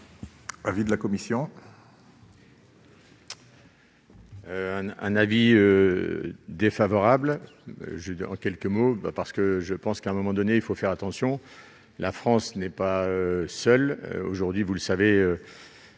l'avis de la commission ?